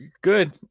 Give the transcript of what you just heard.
good